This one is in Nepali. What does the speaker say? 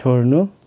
छोड्नु